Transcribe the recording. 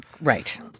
Right